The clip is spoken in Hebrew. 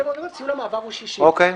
מאוד --- ציון המעבר הוא 60. אוקיי.